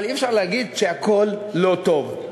אבל אי-אפשר להגיד שהכול לא טוב.